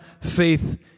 faith